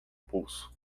pulso